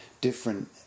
different